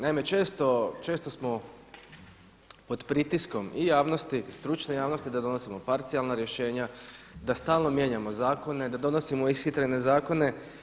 Naime, često smo pod pritiskom i javnosti i stručne javnosti da donosimo parcijalna rješenja, da stalno mijenjamo zakone, da donosimo ishitrene zakone.